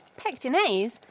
Pectinase